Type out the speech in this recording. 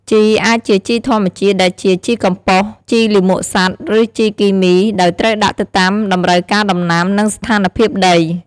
ជីអាចជាជីធម្មជាតិ ដែលជា ជីកំប៉ុស្ត ជីលាមកសត្វ ឬជីគីមី ដោយត្រូវដាក់ទៅតាមតម្រូវការដំណាំ និងស្ថានភាពដី។